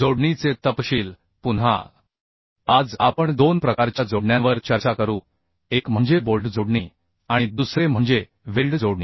जोडणीचे तपशील पुन्हा आज आपण दोन प्रकारच्या जोडण्यांवर चर्चा करू एक म्हणजे बोल्ट जोडणी आणि दुसरे म्हणजे वेल्ड जोडणी